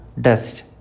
dust